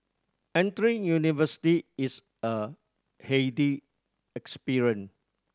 entering university is a heady experience